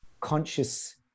conscious